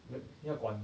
不用管